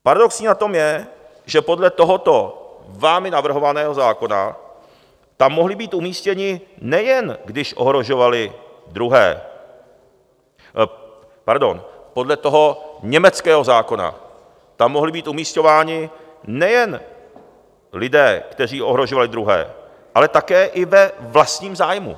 Paradoxní na tom je, že podle tohoto vámi navrhovaného zákona tam mohli být umístěni, nejen když ohrožovali druhé... pardon, podle toho německého zákona tam mohli být umisťováni nejen lidé, kteří ohrožovali druhé, ale také i ve vlastním zájmu.